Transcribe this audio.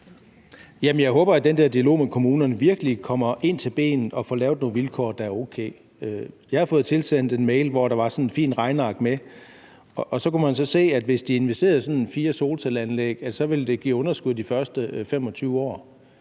Jeg håber, at man med den der dialog med kommunerne virkelig kommer ind til benet og får lavet nogle vilkår, der er okay. Jeg har fået tilsendt en mail, hvor der var sådan et fint regneark med, og så kunne man se, at hvis de investerede i sådan fire solcelleanlæg, ville det give underskud de første 25 år.